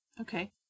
Okay